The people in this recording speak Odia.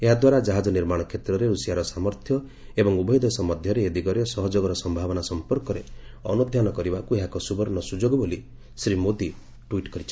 ଏହା ଦ୍ୱାରା ଜାହାଜ୍ ନିର୍ମାଣ କ୍ଷେତ୍ରରେ ରୁଷିଆର ସାମର୍ଥ୍ୟ ଏବଂ ଉଭୟ ଦେଶ ମଧ୍ୟରେ ଏ ଦିଗରେ ସହଯୋଗର ସମ୍ଭାବନା ସଫପର୍କରେ ଅନୁଧ୍ୟାନ କରିବାକୁ ଏହା ଏକ ସୁବର୍ଣ୍ଣ ସୁଯୋଗ ବୋଲି ଶ୍ରୀ ମୋଦି ଟ୍ୱିଟ୍ କରିଛନ୍ତି